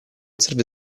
serve